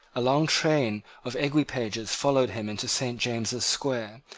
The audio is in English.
a long train of eguipages followed him into saint james's square,